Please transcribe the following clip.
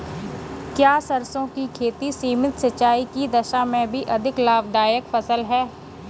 क्या सरसों की खेती सीमित सिंचाई की दशा में भी अधिक लाभदायक फसल है?